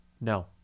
No